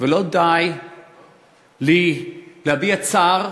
ולא די לי להביע צער.